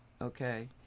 Okay